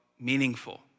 meaningful